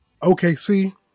OKC